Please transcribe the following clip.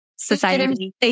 society